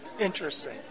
Interesting